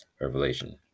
Revelation